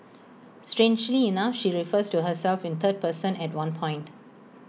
strangely enough she refers to herself in third person at one point